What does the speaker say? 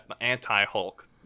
anti-Hulk